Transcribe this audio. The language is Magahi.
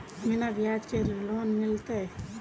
बिना ब्याज के लोन मिलते?